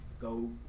Go